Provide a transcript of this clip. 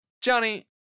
Johnny